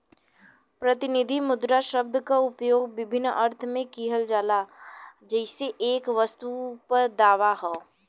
प्रतिनिधि मुद्रा शब्द क उपयोग विभिन्न अर्थ में किहल जाला जइसे एक वस्तु पर दावा हौ